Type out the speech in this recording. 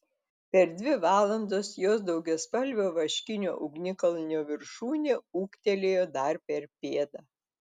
per dvi valandas jos daugiaspalvio vaškinio ugnikalnio viršūnė ūgtelėjo dar per pėdą